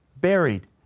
buried